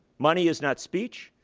money is not speech.